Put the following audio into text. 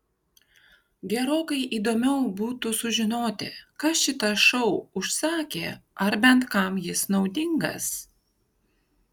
gerokai įdomiau būtų sužinoti kas šitą šou užsakė ar bent kam jis naudingas